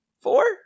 four